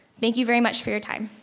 thank you very much for your time.